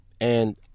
And-